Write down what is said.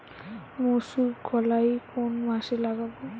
মুসুর কলাই কোন মাসে লাগাব?